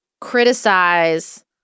criticize